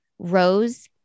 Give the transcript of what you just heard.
Rose